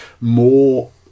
more